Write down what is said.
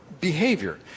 behavior